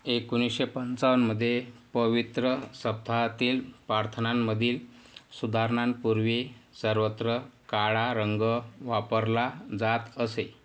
एकोणिसशे पंचावन्नमध्ये पवित्र सप्ताहातील प्रार्थनांमधील सुधारणांपूर्वी सर्वत्र काळा रंग वापरला जात असे